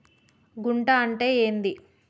గుంట అంటే ఏంది?